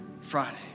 Friday